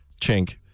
chink